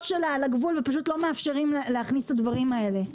שלה על הגבול ופשוט לא מאפשרים להכניס את הדברים האלה.